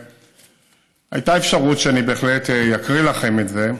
והייתה אפשרות שאקרא לכם את זה.